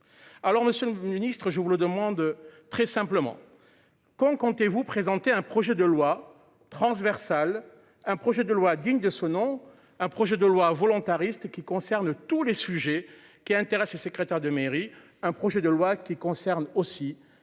Alors Monsieur le Ministre, je vous le demande, très simplement. Quand comptez vous présenter un projet de loi transversale, un projet de loi digne de ce nom. Un projet de loi volontariste qui concerne tous les sujets qui intéressent secrétaire de mairie. Un projet de loi qui concerne aussi